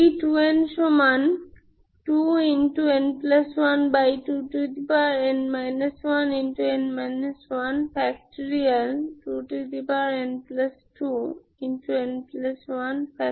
d2n2n12n 1n 1